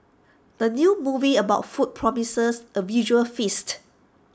the new movie about food promises A visual feast